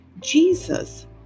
Jesus